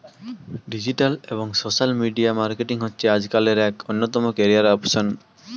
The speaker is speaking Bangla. ডিজিটাল এবং সোশ্যাল মিডিয়া মার্কেটিং হচ্ছে আজকালের এক অন্যতম ক্যারিয়ার অপসন